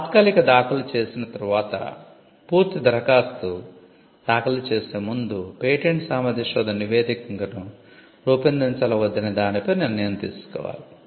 తాత్కాలిక దాఖలు చేసిన తర్వాత పూర్తి దరఖాస్తు దాఖలు చేసే ముందు పేటెంట్ సామర్థ్య శోధన నివేదికను రూపొందించాలా వద్దా అనే దానిపై నిర్ణయం తీసుకోవాలి